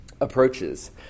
approaches